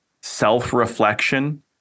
self-reflection